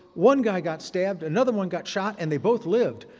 one guy got stabbed, another one got shot, and they both lived.